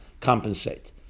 compensate